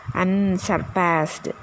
unsurpassed